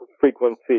frequency